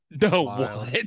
no